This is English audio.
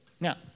Now